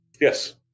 Yes